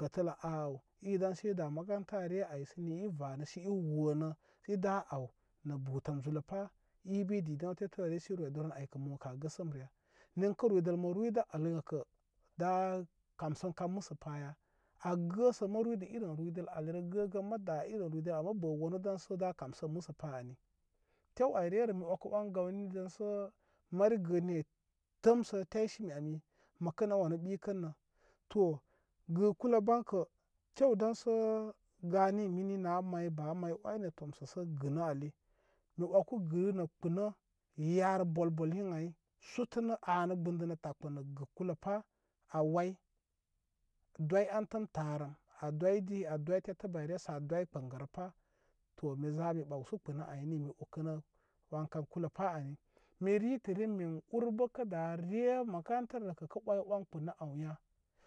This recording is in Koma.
kətələ a aw i daŋsə i da makarantare ay sə ni i va nə sə i wonə i da aw nə butəm zuləpa i bi i di din tətəre sə i roydə ron aykə mukə a gəsənrə ya ninkə ruydəl mə ruydə alikə da kamsənkam məsəpaya a gəsə mə ruydə irim ruydəl alirə gəgən mə da irin ruydəl ali mə bə wanə daŋsə da kamsən məsəpa ani tew ay re rə mə wəkə wən gawni rənsə mani gəni an təmsə taysimi ani məkən wanə ɓikənrə ani to gə kulə bankə tew daŋsə gani mini na may ba may oynə tomsə sə gəna ali mi wəku gə nə kpunə yari bul bul ən ay shutənə a nə gbundənə takpənə pa anwai doy antəm taru a doydi a doydi tete bayre sə a doy gbəngəra pa to mi zay mi ɓawsu kpunə ay ni mi ukəna- wan kan kulə pa ay mi ritə rin kin urbə kə da re makantarə kə ka oy on kpunə aw ya.